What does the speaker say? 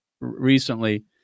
recently